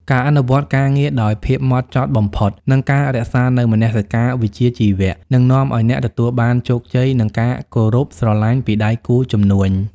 ការអនុវត្តការងារដោយភាពហ្មត់ចត់បំផុត និងការរក្សានូវមនសិការវិជ្ជាជីវៈ នឹងនាំឱ្យអ្នកទទួលបានជោគជ័យ និងការគោរពស្រឡាញ់ពីដៃគូជំនួញ។